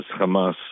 Hamas